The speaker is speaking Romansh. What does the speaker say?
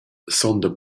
sonda